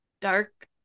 dark